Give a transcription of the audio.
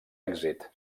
èxit